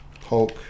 Hulk